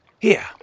Here